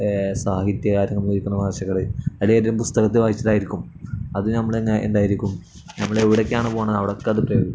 സാഹിത്യ കാര്യങ്ങൾ നമ്മൾ ഉപയോഗിക്കുന്ന അലേറം പുസ്തകത്ത് വായിച്ചട്ടായിരിക്കും അത് നമ്മൾ അങ്ങ് എന്തായിരിക്കും ഞമ്മളെവിടേക്കെയാണ് പോണ അവിടക്ക അത് പ്രയോഗിക്കു